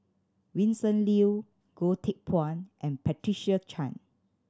Vincent Leow Goh Teck Phuan and Patricia Chan